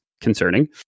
concerning